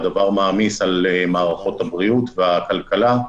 והדבר מעמיס על מערכות הבריאות והכלכלה.